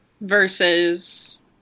Versus